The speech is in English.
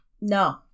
No